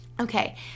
Okay